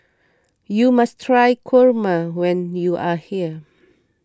you must try Kurma when you are here